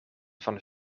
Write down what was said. van